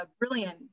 brilliant